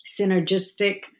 synergistic